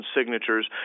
signatures